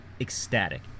ecstatic